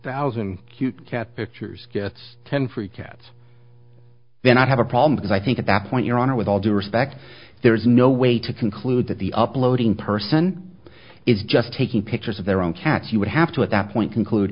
thousand cute cat pictures gets ten free cats then i have a problem because i think that point your honor with all due respect there is no way to conclude that the uploading person is just taking pictures of their own cats you would have to at that point conclude